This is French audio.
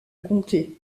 comté